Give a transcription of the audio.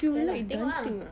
ya lah tengok ah